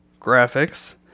graphics